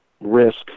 risk